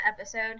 episode